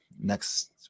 Next